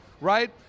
right